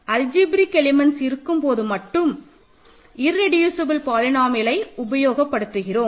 எனவே algebraic elements இருக்கும் போது மட்டும் இர்ரெடியூசபல் பாலினோமியல்லை உபயோகப்படுத்துகிறோம்